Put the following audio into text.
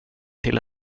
till